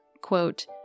quote